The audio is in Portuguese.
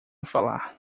falar